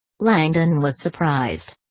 langdon was surprised.